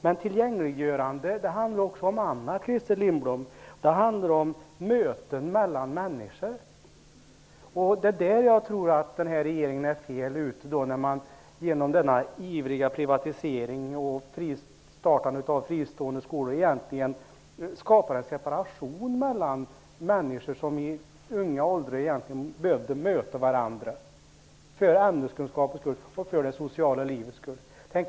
Men tillgängliggörande handlar också om annat, Christer Lindblom. Det handlar om möten mellan människor. Det är i det sammanhanget som jag tror att den här regeringen är fel ute. Jag tror att man genom denna ivriga privatisering och genom startandet av fristående skolor egentligen skapar en separation mellan människor, som i unga åldrar behövde möta varandra -- för ämneskunskapernas skull och för det sociala livets skull.